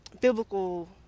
biblical